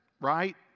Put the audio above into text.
right